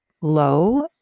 low